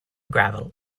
gravel